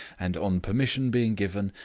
and, on permission being given,